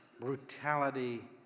brutality